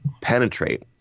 penetrate